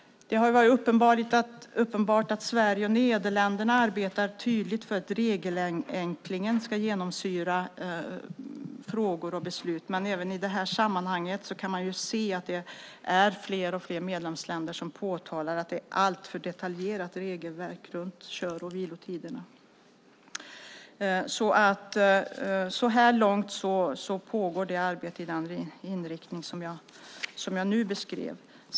Det har varit uppenbart att Sverige och Nederländerna tydligt arbetar för att regelförenklingen ska genomsyra frågor och beslut. Men även i det här sammanhanget kan man se att allt fler medlemsländer påtalar att regelverket kring kör och vilotiderna är alltför detaljerat. Så här långt pågår alltså ett arbete med den inriktning som jag nyss beskrivit.